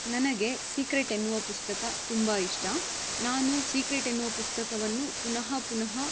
ನನಗೆ ಸೀಕ್ರೆಟ್ ಎನ್ನುವ ಪುಸ್ತಕ ತುಂಬ ಇಷ್ಟ ನಾನು ಸೀಕ್ರೆಟ್ ಎನ್ನೋ ಪುಸ್ತಕವನ್ನು ಪುನಃ ಪುನಃ